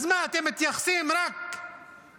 אז מה, אתם מתייחסים רק ליהודים?